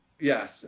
Yes